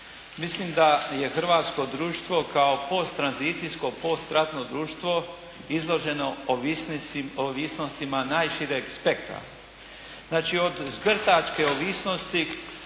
Mislim da je hrvatsko društvo kao posttranzicijsko, postratno društvo izloženo ovisnostima najšireg spektra. Znači od zgrtačke ovisnosti